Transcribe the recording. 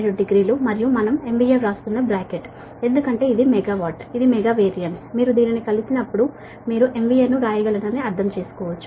87 degree మరియు మనం MVA ను బ్రాకెట్ లో వ్రాస్తున్నాము ఎందుకంటే ఇది మెగా వాట్ ఇది మెగా VAR మీరు దీనిని కలిపినప్పుడు మీరు MVA ను వ్రాయగలరని అర్థం చేసుకోవచ్చు